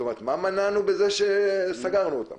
כלומר, מה מנענו בזה שסגרנו אותם?